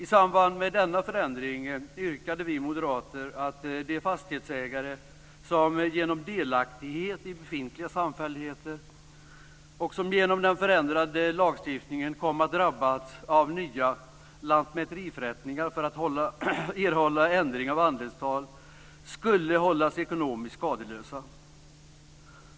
I samband med denna förändring yrkade vi moderater att de fastighetsägare som genom delaktighet i befintliga samfälligheter och som genom den förändrade lagstiftningen kom att drabbas av nya lantmäteriförrättningar för att erhålla ändring av andelstal skulle hållas ekonomiskt skadeslösa.